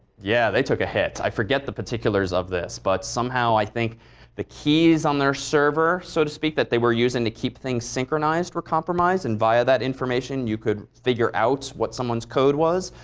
yeah, they took a hit. i forget the particulars of this. but somehow i think the keys on their server, so to speak, that they were using to keep things synchronized were compromised, and via that information you could figure out what someone's code was.